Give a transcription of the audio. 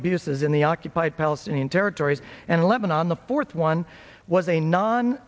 abuses in the occupied palestinian territories and lebanon the fourth one was a non